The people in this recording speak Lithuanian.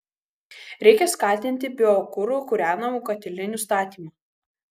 reikia skatinti biokuru kūrenamų katilinių statymą